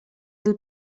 del